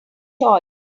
choice